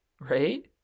right